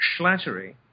Schlattery